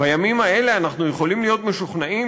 בימים האלה אנחנו יכולים להיות משוכנעים